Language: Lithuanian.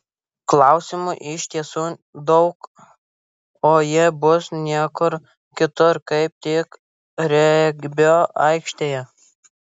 klausimų iš tiesų daug o jie bus niekur kitur kaip tik regbio aikštėje